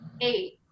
eight